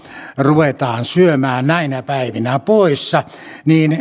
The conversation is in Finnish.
ruvetaan syömään näinä päivinä pois niin